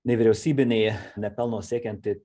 nevyriausybinė nepelno siekianti